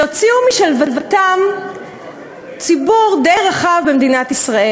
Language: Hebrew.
שהוציאו משלוותם ציבור די רחב במדינת ישראל.